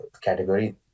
category